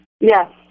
Yes